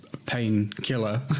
painkiller